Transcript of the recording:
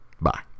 Bye